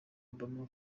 obama